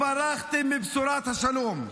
חברת הכנסת גוטליב, תודה.